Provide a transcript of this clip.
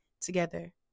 together